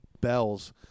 bells